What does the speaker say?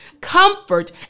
comfort